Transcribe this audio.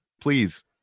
Please